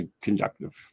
conductive